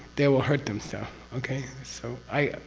they will hurt themselves. okay? so, i.